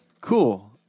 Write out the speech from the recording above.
cool